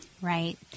Right